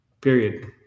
Period